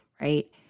right